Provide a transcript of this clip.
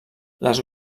les